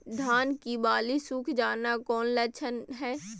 धान की बाली सुख जाना कौन लक्षण हैं?